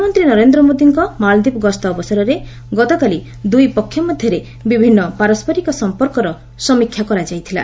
ପ୍ରଧାନମନ୍ତ୍ରୀ ନରେନ୍ଦ୍ର ମୋଦିଙ୍କ ମାଳଦ୍ୱୀପ ଗସ୍ତ ଅବସରରେ ଗତକାଲି ଦୁଇ ପକ୍ଷ ମଧ୍ୟରେ ବିଭିନ୍ନ ପାରସ୍କରିକ ସମ୍ପର୍କରେ ସମୀକ୍ଷା କରାଯାଇଥିଲା